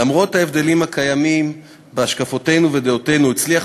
למרות ההבדלים הקיימים בהשקפותינו ובדעותינו הצליח